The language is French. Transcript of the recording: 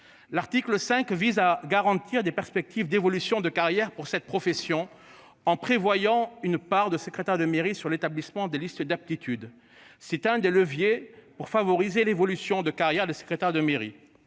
L'article 5 vise à garantir des perspectives d'évolution de carrière pour cette profession. En prévoyant une part de secrétaire de mairie sur l'établissement des listes d'aptitudes. C'est un des leviers pour favoriser l'évolution de carrière de secrétaire de mairie